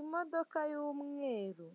imodoka y'umweru.